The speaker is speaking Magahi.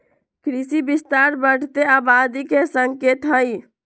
कृषि विस्तार बढ़ते आबादी के संकेत हई